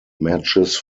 matches